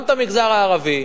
גם את המגזר הערבי.